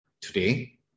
today